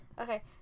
Okay